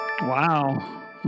Wow